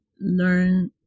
learn